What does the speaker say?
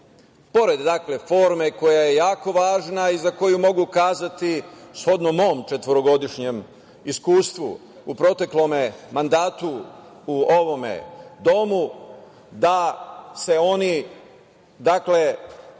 pored forme, koja je jako važna i za koju mogu kazati, shodno mom četvorogodišnjem iskustvu u proteklom mandatu u ovom domu da se oni, dakle,